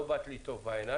לא באת לי טוב בעיניים.